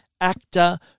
actor